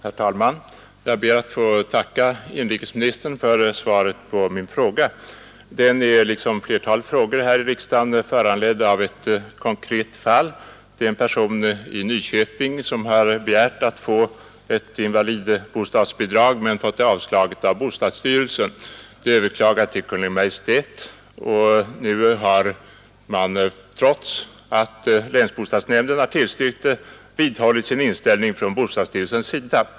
Herr talman! Jag ber att få tacka inrikesministern för svaret på min fråga. Den är liksom flertalet frågor här i riksdagen föranledd av ett konkret fall. Det är en person i Nyköping som har begärt invalidbostadsbidrag men fått avslag av bostadsstyrelsen. Han har överklagat till Kungl. Maj:t, och nu vidhåller bostadsstyrelsen sin inställning trots att länsbostadsnämnden tillstyrkt.